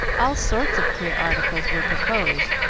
all sorts of queer articles were proposed,